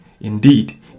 Indeed